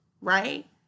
right